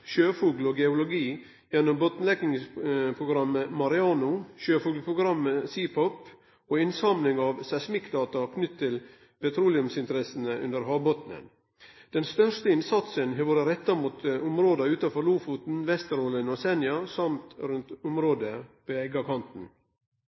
sjøfugl og geologi, gjennom botnkartleggingprogrammet MAREANO, sjøfuglprogrammet SEAPOP og innsamling av seismikkdata knytte til petroleumsinteressene under havbotnen. Den største innsatsen har vore retta mot områda utanfor Lofoten, Vesterålen og Senja og rundt